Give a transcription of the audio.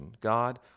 God